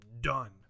done